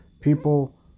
People